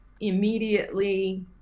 immediately